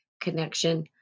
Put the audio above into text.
connection